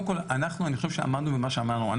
קודם כל אנחנו, אני חושב שעמדנו במה שאמרנו.